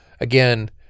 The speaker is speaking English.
again